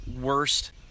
worst